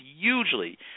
hugely